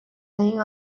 laying